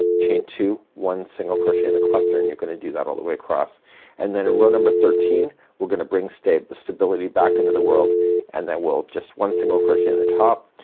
chain two, one single crochet in the cluster and you're gonna do that all the way across and then in row number thirteen we're gonna bring stay, stability back into the world and that we'll just one single crochet in the top,